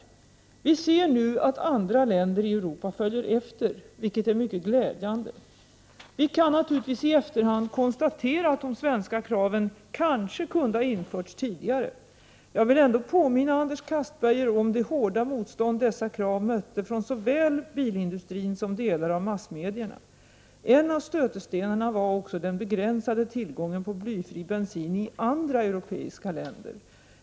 Vi ser nu att andra länder i Europa följer efter, vilket är mycket glädjande. Vi kan naturligtvis i efterhand konstatera att de svenska kraven kanske kunde ha införts tidigare. Jag vill ändå påminna Anders Castberger om det hårda motstånd som dessa krav mötte, från såväl bilindustri som delar av massmedierna. En av stötestenarna var också den begränsade tillgången på blyfri bensin i andra europeiska länder.